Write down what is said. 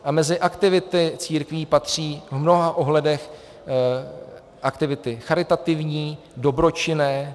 A mezi aktivity církví patří v mnoha ohledech aktivity charitativní, dobročinné.